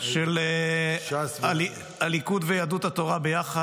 של הליכוד ויהדות התורה ביחד,